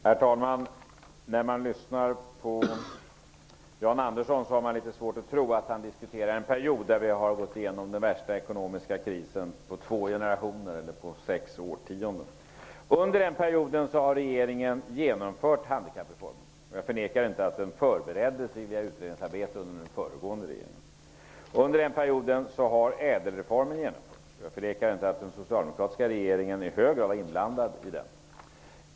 Herr talman! När man lyssnar på Jan Andersson har man svårt och tro att han diskuterar en period då vi har gått igenom den värsta ekonomiska krisen på två generationer eller sex årtionden. Under den perioden har regeringen genomfört handikappreformen. Jag förnekar inte att den förbereddes i utredningsarbete under den föregående regeringen. Under den perioden har ÄDEL-reformen genomförts. Jag förnekar inte att den socialdemokratiska regeringen i hög grad var inblandad i den.